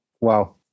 Wow